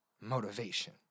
motivation